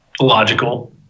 logical